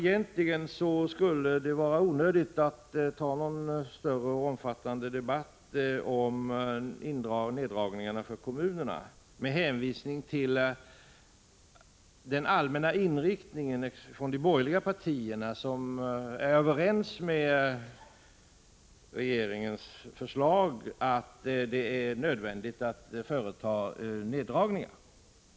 Egentligen skulle det vara onödigt att föra en stor och omfattande debatt om indragningar för kommunerna med hänvisning till den allmänna inriktningen från de borgerliga partierna. De är överens med regeringen om att det är nödvändigt att företa indragningar.